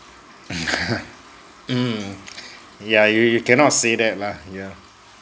mm yeah you you cannot say that lah yeah